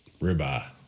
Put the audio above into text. ribeye